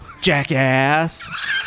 jackass